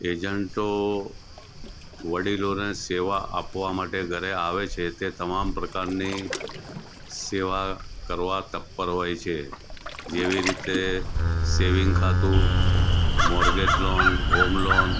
એજન્ટો વડીલોને સેવા આપવા માટે ઘરે આવે છે તે તમામ પ્રકારની સેવા કરવા તત્પર હોય છે જેવી રીતે સેવિંગ ખાતું મોર્ગેજ લોન હોમ લોન